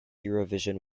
eurovision